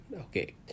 okay